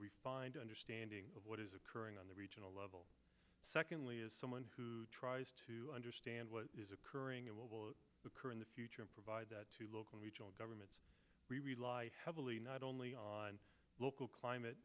refined understanding of what is occurring on the regional level secondly as someone who tries to understand what is occurring and what will occur in the future and provide that to local regional governments we rely heavily not only on local climate